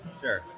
Sure